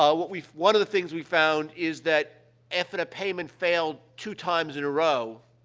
ah what we one of the things we found is that after the payment failed two times in a row,